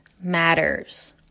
matters